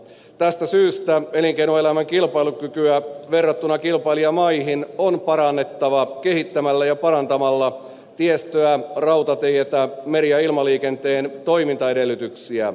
tästä syystä elinkeinoelämän kilpailukykyä verrattuna kilpailijamaihin on parannettava kehittämällä ja parantamalla tiestöä rautateitä meri ja ilmaliikenteen toimintaedellytyksiä